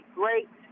great